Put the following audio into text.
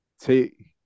take